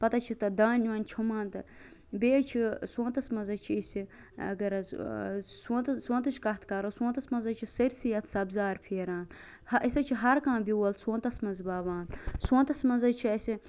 پتے چھِ تتھ دانہ وانہ چھوٚمبان تہٕ بیٚیہِ حظ چھ سونتَس مَنز حظ چھ أسۍ یہ اگر حظ سونتہ سونتچ کتھ کرو سونتَس مَنٛز چھ سٲرسے یتھ سبزار پھیران ہَہ أسۍ حظ چھ ہر کانٛہہ بیچل سونتَس مَنٛز وَوان سونتَس منزے چھِ اَسہِ